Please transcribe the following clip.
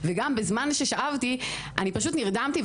וגם בזמן ששאבתי אני פשוט נרדמתי,